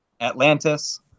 Atlantis